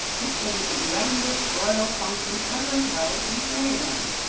which will be the grandest royal function ever held in fairyland.